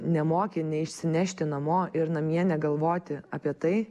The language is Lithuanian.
nemoki neišsinešti namo ir namie negalvoti apie tai